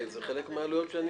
זה משנה, זה חלק מהעלויות שאני